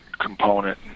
component